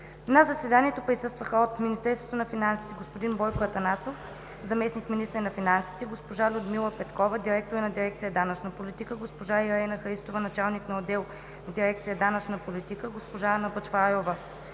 На заседанието присъстваха: от Министерство на финансите: господин Бойко Атанасов – заместник-министър на финансите, госпожа Людмила Петкова – директор на дирекция „Данъчна политика“, госпожа Ирена Христова – началник на отдел в дирекция „Данъчна политика“, госпожа Анна Бъчварова